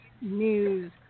News